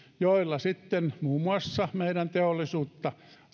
joilla sitten muun muassa meidän teollisuuttamme